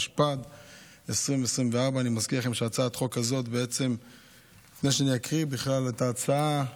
התשפ"ד 2024. לפני שאני אקרא בכלל את ההצעה,